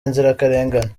inzirakarengane